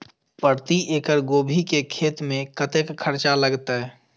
प्रति एकड़ गोभी के खेत में कतेक खर्चा लगते?